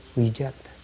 reject